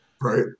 right